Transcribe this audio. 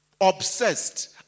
obsessed